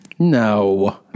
No